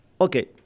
Okay